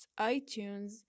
iTunes